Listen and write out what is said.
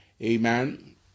Amen